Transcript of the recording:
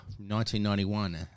1991